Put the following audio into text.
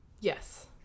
Yes